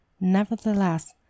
Nevertheless